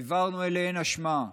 העברנו אליהן אשמה,